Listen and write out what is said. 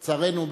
לצערנו,